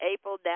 April